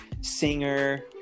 singer